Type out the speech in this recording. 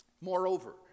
Moreover